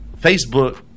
facebook